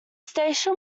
station